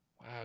Wow